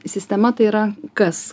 sistema tai yra kas